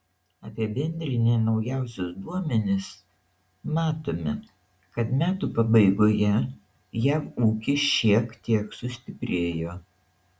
apibendrinę naujausius duomenis matome kad metų pabaigoje jav ūkis šiek tiek sustiprėjo